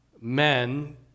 men